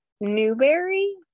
Newberry